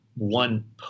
One